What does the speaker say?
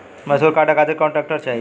मैसूर काटे खातिर कौन ट्रैक्टर चाहीं?